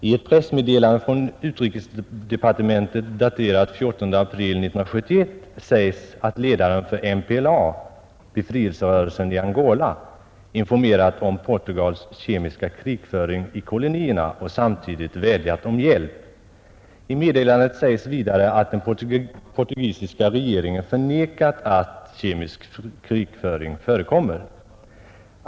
I ett pressmeddelande från utrikesdepartementet daterat den 14 april 1971 sägs att ledaren för MPLA =— befrielserörelsen i Angola — informerat om Portugals kemiska krigföring i kolonierna och samtidigt vädjat om hjälp. I meddelandet sägs vidare att den portugisiska regeringen förnekat att kemisk krigföring förekommer.